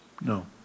No